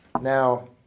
Now